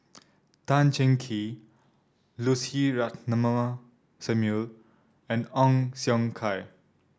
Tan Cheng Kee Lucy Ratnammah Samuel and Ong Siong Kai